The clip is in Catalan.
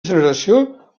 generació